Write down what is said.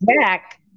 Jack